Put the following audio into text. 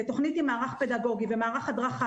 כתוכנית עם מערך פדגוגי ומערך הדרכה